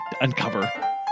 Uncover